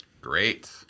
Great